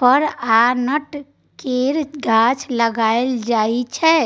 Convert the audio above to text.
फर आ नट केर गाछ लगाएल जाइ छै